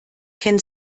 kennt